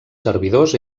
servidors